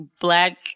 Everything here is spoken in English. black